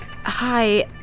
Hi